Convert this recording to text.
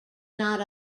not